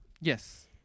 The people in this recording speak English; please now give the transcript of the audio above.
Yes